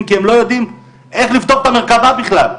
כי הם לא יודעים איך לפתור את המרכבה בכלל.